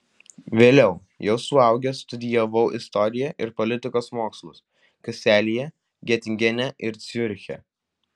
vėliau jau suaugęs studijavau istoriją ir politikos mokslus kaselyje getingene ir ciuriche